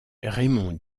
raymond